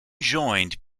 joined